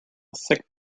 thick